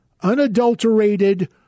unadulterated